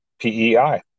PEI